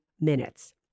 minutes